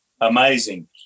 amazing